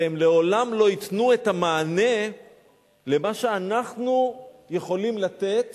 והם לעולם לא ייתנו את המענה למה שאנחנו יכולים לתת